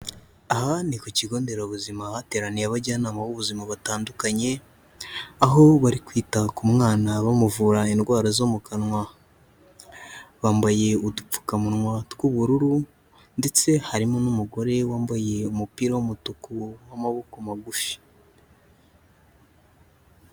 Aha ni ku kigo nderabuzima hateraniye abajyanama b'ubuzima batandukanye, aho bari kwita ku mwana bamuvura indwara zo mu kanwa. Bambaye udupfukamunwa tw'ubururu ndetse harimo n'umugore wambaye umupira w'umutuku w'amaboko magufi.